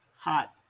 hot